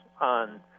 on